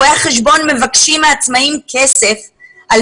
רואי החשבון מבקשים מהעצמאים כסף על